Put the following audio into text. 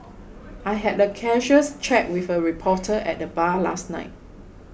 I had a casual chat with a reporter at the bar last night